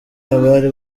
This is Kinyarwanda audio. abari